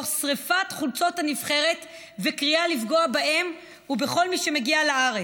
תוך שרפת חולצות הנבחרת וקריאה לפגוע בהם ובכל מי שמגיע לארץ.